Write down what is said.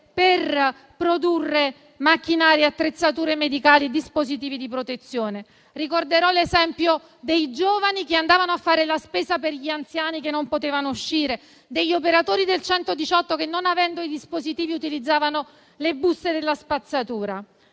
per produrre macchinari, attrezzature medicali e dispositivi di protezione; ricorderò l'esempio dei giovani che andavano a fare la spesa per gli anziani che non potevano uscire, degli operatori del 118 che non avendo i dispositivi utilizzavano le buste della spazzatura.